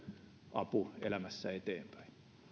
apu elämässä eteenpäin